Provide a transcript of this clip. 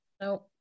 no